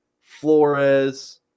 Flores